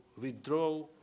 withdraw